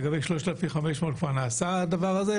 לגבי 3,500 כבר נעשה הדבר הזה,